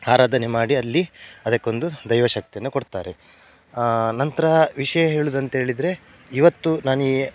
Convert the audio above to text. ಆರಾಧನೆ ಮಾಡಿ ಅಲ್ಲಿ ಅದಕ್ಕೊಂದು ದೈವಶಕ್ತಿಯನ್ನ ಕೊಡ್ತಾರೆ ನಂತರ ವಿಷಯ ಹೇಳೋದಂಥೇಳಿದ್ರೆ ಇವತ್ತು ನಾನೀ